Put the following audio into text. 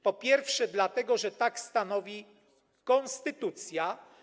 Po pierwsze, dlatego że tak stanowi konstytucja.